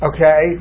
Okay